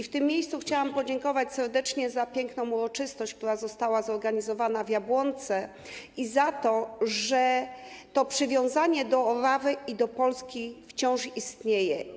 W tym miejscu chciałam podziękować serdecznie za piękną uroczystość, która została zorganizowana w Jabłonce, i za to, że przywiązanie do Orawy i do Polski wciąż istnieje.